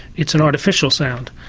it's an artificial sound,